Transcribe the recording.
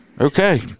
okay